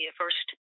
first